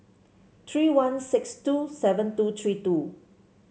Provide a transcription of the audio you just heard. three one six two seven two three two